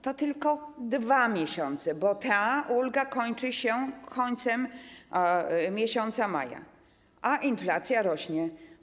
To tylko 2 miesiące, bo ta ulga kończy się z końcem maja, a inflacja rośnie.